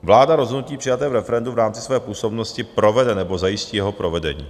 Vláda rozhodnutí přijaté v referendu v rámci své působnosti provede nebo zajistí jeho provedení.